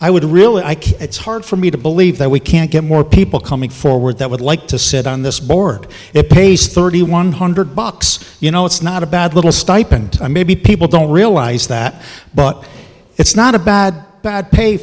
i would really like it's hard for me to believe that we can't get more people coming forward that would like to sit on this board it pays thirty one hundred bucks you know it's not a bad little stipend maybe people don't realize that but it's not a bad bad